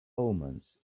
omens